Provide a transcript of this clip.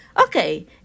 Okay